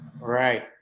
right